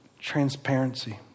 transparency